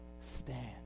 stand